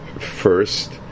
first